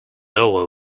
over